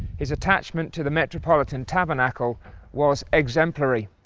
his attachment to the metropolitan tabernacle was exemplary,